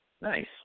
Nice